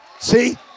see